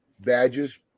badges